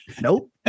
Nope